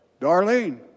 Darlene